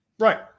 Right